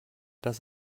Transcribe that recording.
das